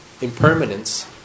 impermanence